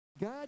God